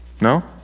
No